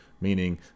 meaning